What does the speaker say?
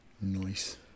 Nice